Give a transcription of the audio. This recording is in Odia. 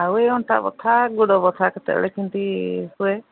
ଆଉ ଏ ଅଣ୍ଟା ବଥା ଗୋଡ଼ ବଥା କେତେବେଳେ କେମିତି ହୁଏ